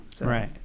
Right